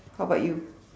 how about you